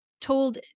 told